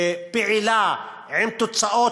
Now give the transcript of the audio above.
פעילה, עם תוצאות,